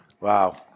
Wow